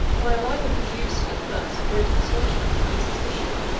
my arrival produced, at first, both astonishment and suspicion.